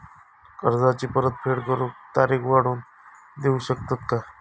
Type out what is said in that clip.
कर्जाची परत फेड करूक तारीख वाढवून देऊ शकतत काय?